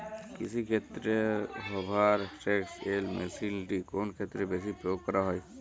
কৃষিক্ষেত্রে Hoover XL মেশিনটি কোন ক্ষেত্রে বেশি প্রয়োগ করা হয়?